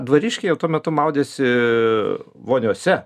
dvariškiai jau tuo metu maudėsi voniose